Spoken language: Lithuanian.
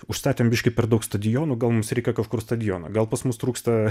užstatymo biškį per daug stadionų gal mums reikia kažkur stadioną gal pas mus trūksta